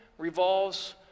revolves